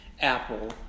apple